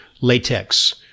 latex